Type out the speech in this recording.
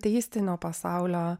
teistinio pasaulio